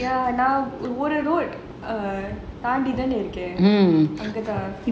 நான் ஒரு தாண்டி தானே இருக்கேன்:naan oru thandi thanae irukaen